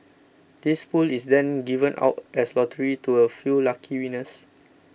this pool is then given out as lottery to a few lucky winners